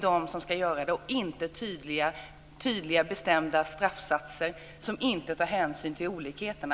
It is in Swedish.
Det ska inte finnas tydliga bestämda straffsatser som inte tar hänsyn till olikheterna.